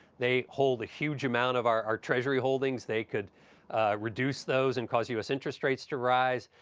they hold a huge amount of our treasury holdings. they could reduce those and cause u s. interest rates to rise.